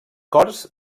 cors